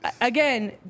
again